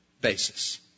basis